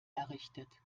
errichtet